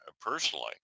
personally